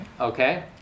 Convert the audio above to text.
Okay